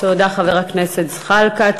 תודה, חבר הכנסת זחאלקה.